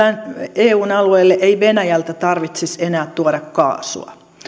eun alueelle ei venäjältä tarvitsisi enää tuoda kaasua